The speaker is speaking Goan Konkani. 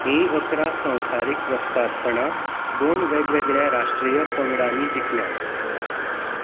हीं अकरा संवसारीक वस्तादपणां दोन वेगवेगळ्या राष्ट्रीय पंगडांनी जिखल्यांत